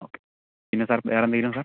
okay പിന്നെ sir വേറ എന്തെങ്കിലും സാർ